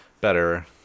better